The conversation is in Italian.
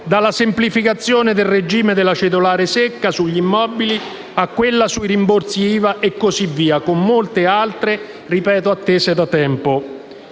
dalla semplificazione del regime della cedolare secca sugli immobili a quella sui rimborsi IVA e così via, con molte altre, attese da tanto